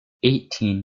eighteen